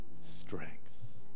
strength